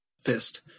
fist